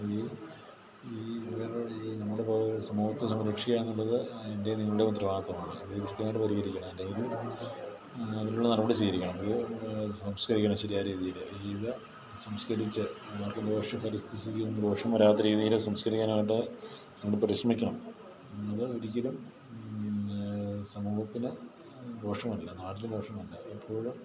ഈ ഈ ഈ നമ്മുടെ സമൂഹത്തെ സംരക്ഷിക്കുക എന്നുള്ളത് എൻ്റേയും നിങ്ങളുടെയും ഉത്തരവാദിത്തമാണ് ഇത് കൃത്യമായിട്ട് പരിഹരിക്കണം അല്ലെങ്കിൽ അതിനുള്ള നടപടി സ്വീകരിക്കണം ഇത് സംസ്കരിക്കണം ശരിയായ രീതിയിൽ ഇത് സംസ്കരിച്ചു ആർക്കും ദോഷം പരിസ്ഥിതിക്കും ദോഷം വരാത്ത രീതിയിൽ സംസ്കരിക്കാനായിട്ട് നമുക്ക് പരിശ്രമിക്കണം എന്നത് ഒരിക്കലും സമൂഹത്തിന് ദോഷമല്ല നാടിന് ദോഷമല്ല എപ്പോഴും